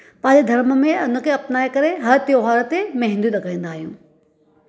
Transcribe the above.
पंहिंजे धर्म में हुन खे अपनाए करे हर त्योहार ते मेहेंदीयूं लॻाईंदा आहियूं